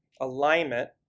alignment